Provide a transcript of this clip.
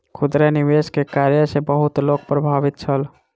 खुदरा निवेश के कार्य सॅ बहुत लोक प्रभावित छल